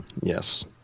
Yes